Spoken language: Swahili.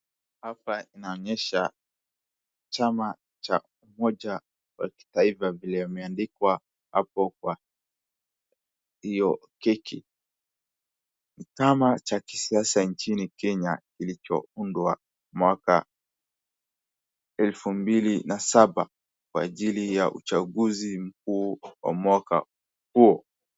Hapa inaonyesha chama cha umoja wa kitaifa vile imeandikwa hapo kwa hiyo keki. Ni chama cha kisiasa nchini Kenya kilichoundwa mwaka elfu mbili na saba kwa ajili ya uchaguzi mkuu wa mwaka huo.